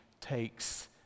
takes